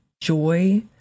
joy